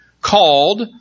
called